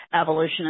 evolution